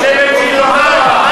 היא חושבת שהיא ב"מרמרה".